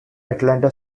atlanta